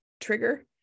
trigger